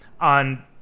on